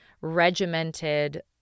regimented